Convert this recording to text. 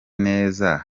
neza